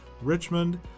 Richmond